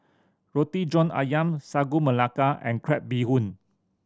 Roti John Ayam Sagu Melaka and crab bee hoon